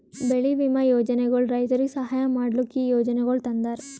ಬೆಳಿ ವಿಮಾ ಯೋಜನೆಗೊಳ್ ರೈತುರಿಗ್ ಸಹಾಯ ಮಾಡ್ಲುಕ್ ಈ ಯೋಜನೆಗೊಳ್ ತಂದಾರ್